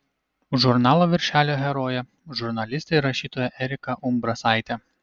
žurnalo viršelio herojė žurnalistė ir rašytoja erika umbrasaitė